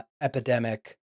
epidemic